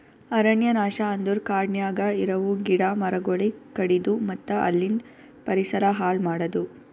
ಅರಣ್ಯ ನಾಶ ಅಂದುರ್ ಕಾಡನ್ಯಾಗ ಇರವು ಗಿಡ ಮರಗೊಳಿಗ್ ಕಡಿದು ಮತ್ತ ಅಲಿಂದ್ ಪರಿಸರ ಹಾಳ್ ಮಾಡದು